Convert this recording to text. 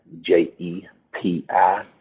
j-e-p-i